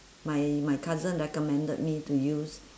my my cousin recommended me to use